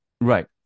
right